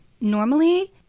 normally